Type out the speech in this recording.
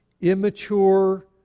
immature